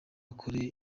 akore